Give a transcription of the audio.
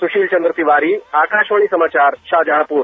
सुशील चंद्र तिवारी आकाशवाणी समाचार शाहजहांपुर